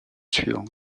suivants